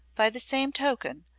by the same token,